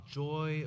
joy